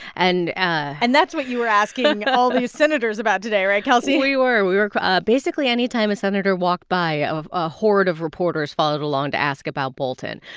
and. and that's what you were asking all these senators about today, right, kelsey? we were. we were ah basically, any time a senator walked by, a horde of reporters followed along to ask about bolton.